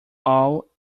all